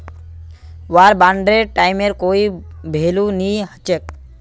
वार बांडेर टाइमेर कोई भेलू नी हछेक